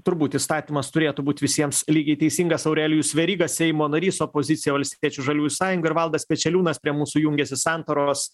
turbūt įstatymas turėtų būt visiems lygiai teisingas aurelijus veryga seimo narys opozicija valstiečių žaliųjų sąjunga ir valdas pečeliūnas prie mūsų jungiasi santaros